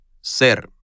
ser